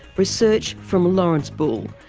research from lawrence bull,